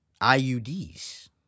IUDs